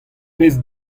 pezh